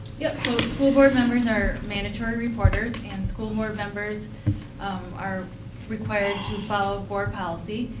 yep, so school board members are mandatory reporters, and school board members are required to follow board policy.